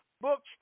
books